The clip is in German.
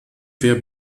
wer